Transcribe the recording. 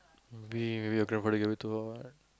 being with your grandfather